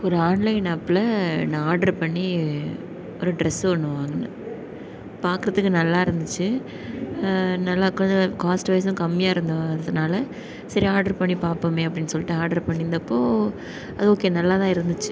ஒரு ஆன்லைன் அப்பில் நான் ஆர்ட்ரு பண்ணி ஒரு ட்ரெஸ்ஸு ஒன்று வாங்குனேன் பார்க்குறதுக்கு நல்லா இருந்துச்சு நல்லா கொஞ்சம் காஸ்ட் வைஸும் கம்மியாக இருந்ததுனால சரி ஆர்ட்ரு பண்ணி பார்ப்போமே அப்படின் சொல்லிட்டு ஆர்ட்ரு பண்ணியிர்ந்தப்போ அது ஓகே நல்லா தான் இருந்துச்சு